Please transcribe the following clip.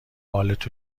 بالت